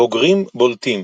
בוגרים בולטים